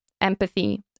empathy